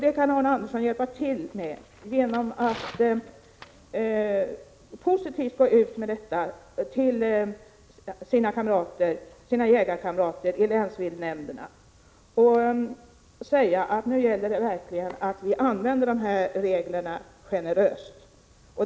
Det kan Arne Andersson hjälpa till med genom att positivt informera sina jägarkamrater i länsviltnämnderna att det gäller att använda reglerna generöst.